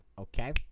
Okay